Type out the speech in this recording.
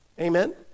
Amen